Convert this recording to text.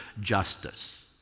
justice